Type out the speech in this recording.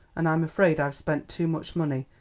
and i'm afraid i've spent too much money.